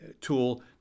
tool